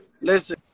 listen